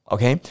Okay